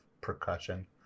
Percussion